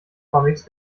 comics